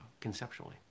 conceptually